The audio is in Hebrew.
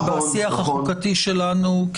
זה גם הביטוי שאנחנו משתמשים בו בתזכיר חוק היסוד החדש.